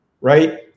right